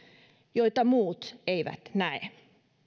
joita muut eivät näe